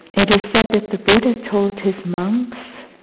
it is said that the buddha told his monks